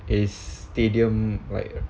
is stadium like